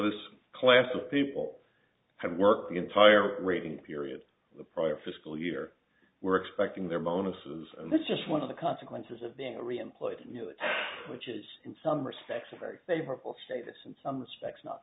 this class of people had worked entire rating period prior fiscal year we're expecting their bonuses and that's just one of the consequences of being a reemployed you know which is in some respects a very favorable status in some respects not